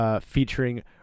featuring